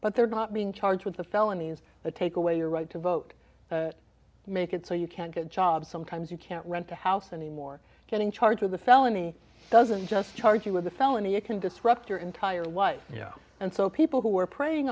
but they're not being charged with the felonies the take away your right to vote make it so you can't get a job sometimes you can't rent a house anymore getting charged with a felony doesn't just charge you with a felony it can disrupt your entire life you know and so people who are preying